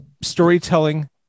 storytelling